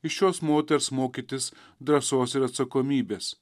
iš šios moters mokytis drąsos ir atsakomybės